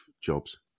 jobs